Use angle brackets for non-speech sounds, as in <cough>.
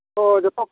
ᱛᱚ ᱡᱚᱛᱚ ᱠᱚ <unintelligible>